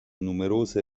numerose